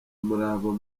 umurava